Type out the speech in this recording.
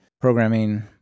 programming